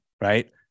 right